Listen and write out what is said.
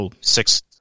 Six